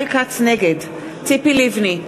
נגד ציפי לבני,